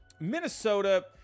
Minnesota –